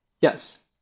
Yes